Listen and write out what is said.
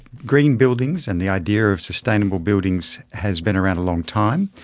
green buildings and the idea of sustainable buildings has been around a long time.